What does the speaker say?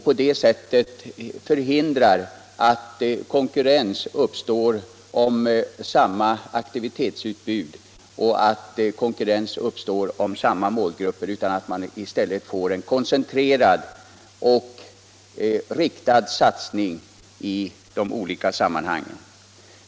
På det sättet kan det förhindras att konkurrens uppstår om samma aktivitetsutbud och samma målgrupper, och i stället kan man få en koncentrerad och riktad satsning i olika sammanhang.